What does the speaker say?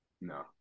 No